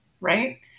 Right